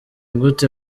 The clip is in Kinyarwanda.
gute